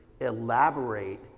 elaborate